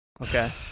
Okay